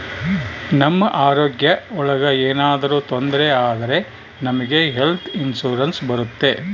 ನಮ್ ಆರೋಗ್ಯ ಒಳಗ ಏನಾದ್ರೂ ತೊಂದ್ರೆ ಆದ್ರೆ ನಮ್ಗೆ ಹೆಲ್ತ್ ಇನ್ಸೂರೆನ್ಸ್ ಬರುತ್ತೆ